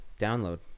download